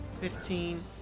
fifteen